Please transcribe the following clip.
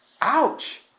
Ouch